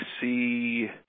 see